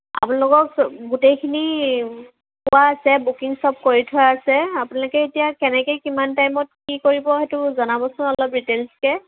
আপোনালোকক গোটেইখিনি থোৱা আছে বুকিং চব কৰি থোৱা আছে আপোনালোকে এতিয়া কেনেকে কিমান টাইমত কি কৰিব সেইটো জনাবচোন অলপ দিটেইলচকে